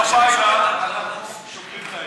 27 בעד,